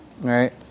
right